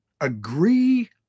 agree